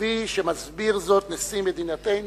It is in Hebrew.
כפי שמסביר זאת נשיא מדינתנו